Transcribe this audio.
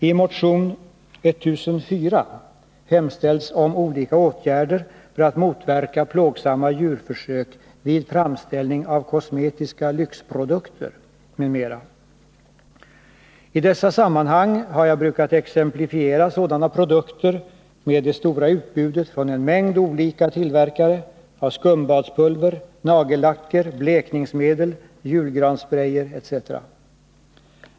I motion 1004 hemställs om olika åtgärder för att motverka plågsamma djurförsök vid framställning av kosmetiska lyxprodukter m.m. I dessa sammanhang har jag brukat exemplifiera sådana produkter med det stora utbudet från en mängd olika tillverkare av skumbadspulver, nagellacker, blekningsmedel, julgranssprejer etc.